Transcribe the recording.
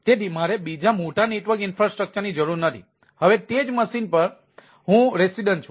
તેથી મારે બીજા મોટા નેટવર્ક ઇન્ફ્રાસ્ટ્રક્ચરની જરૂર નથી હવે તે જ મશીન પર નિવાસી છે